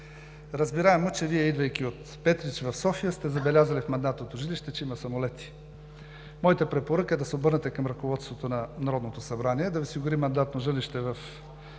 Разбираемо е, че Вие, идвайки от Петрич в София, сте забелязали в мандатното жилище, че има самолети. Моята препоръка е да се обърнете към ръководството на Народното събрание да Ви осигури мандатно жилище примерно